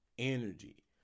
Energy